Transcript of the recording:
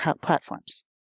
platforms